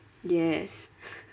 yes